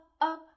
up